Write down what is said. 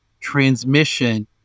transmission